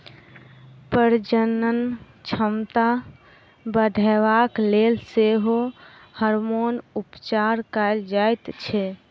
प्रजनन क्षमता बढ़यबाक लेल सेहो हार्मोन उपचार कयल जाइत छै